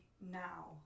now